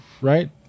right